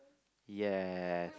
yes